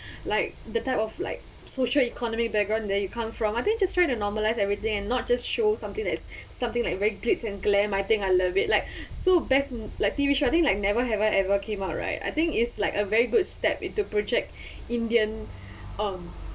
like the type of like social economy background that you come from I think just try to normalize everything and not just show something that is something like very glitz and glam I think I love it like so best like T_V show I think like never have I ever came out right I think is like a very good step into project indian um